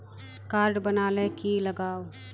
Card बना ले की लगाव?